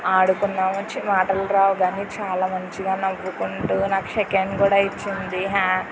ఆడుకున్నాము చి మాటలు రావు కానీ చాలా మంచిగా నవ్వుకుంటు నాకు షేక్హ్యాండ్ కూడా ఇచ్చింది హ్యా